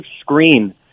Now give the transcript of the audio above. screen